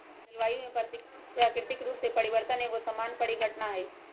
जलवायु में प्राकृतिक रूप से परिवर्तन एगो सामान्य परिघटना हइ